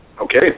Okay